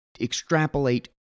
extrapolate